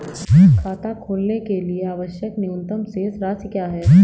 खाता खोलने के लिए आवश्यक न्यूनतम शेष राशि क्या है?